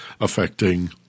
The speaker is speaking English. affecting